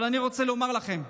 אבל אני רוצה לומר לכם,